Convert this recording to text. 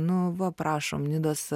nu va prašom nidos